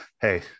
Hey